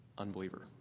unbeliever